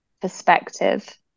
perspective